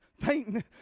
painting